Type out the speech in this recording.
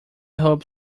hope